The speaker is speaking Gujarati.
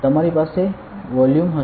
તમારી પાસે વોલ્યૂમ હશે